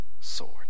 sword